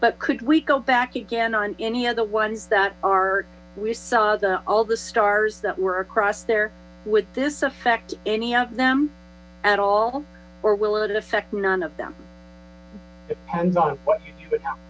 but could we go back again on any the ones that are we saw the all the stars that were across there would this affect any of them at all or will it affect none of them